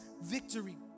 victory